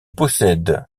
possède